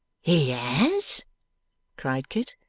he has cried kit.